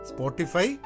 Spotify